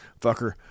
fucker